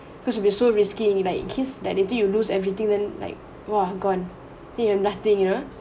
because you be so risky will be like you kiss that they think you lose everything one like !wah! gone you have nothing you know